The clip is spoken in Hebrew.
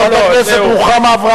התוכנית לבנייה בשטח מלון